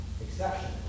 exception